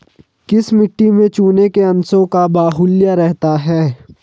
किस मिट्टी में चूने के अंशों का बाहुल्य रहता है?